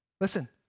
Listen